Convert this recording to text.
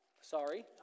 Sorry